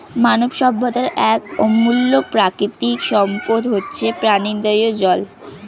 মানব সভ্যতার এক অমূল্য প্রাকৃতিক সম্পদ হচ্ছে প্রাণদায়ী জল